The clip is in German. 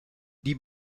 die